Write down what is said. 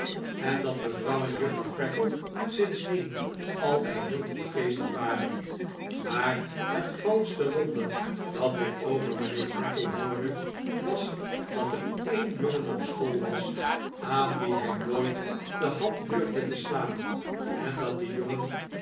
en dat mevrouw en juffrouw creakle sindsdien altijd heel droefgeestig waren maar het grootste wonder dat ik over mijnheer creakle hoorde was dat er een jongen op school was aan wien hij nooit de hand durfde te slaan en dat die jongen